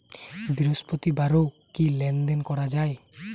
বৃহস্পতিবারেও কি লেনদেন করা যায়?